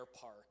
Park